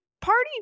party